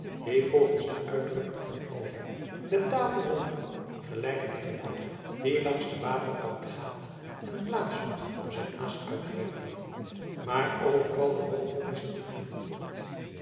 die volgens de uitdrukking van oda de tafel rondliep gelijk een hengelaar die langs den waterkant gaat en plaats zoekt om zijn aas uit te werpen maar overal door hooge biezen verhinderd wordt